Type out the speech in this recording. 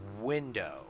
window